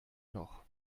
noch